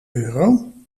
euro